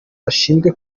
bashinzwe